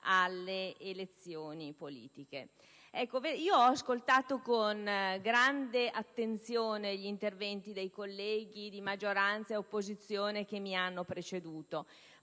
alle elezioni politiche. Ho ascoltato con grande attenzione gli interventi dei colleghi di maggioranza e di opposizione che mi hanno preceduto,